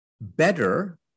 better